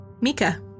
Mika